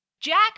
Jack